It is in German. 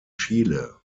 chile